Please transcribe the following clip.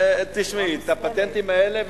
תשמעי, את הפטנטים האלה.